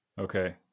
Okay